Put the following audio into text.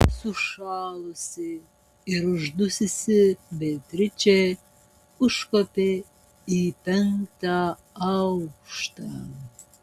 sušalusi ir uždususi beatričė užkopė į penktą aukštą